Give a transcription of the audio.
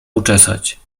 uczesać